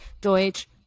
Deutsch